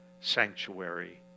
sanctuary